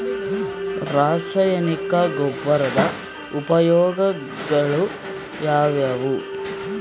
ರಾಸಾಯನಿಕ ಗೊಬ್ಬರದ ಉಪಯೋಗಗಳು ಯಾವುವು?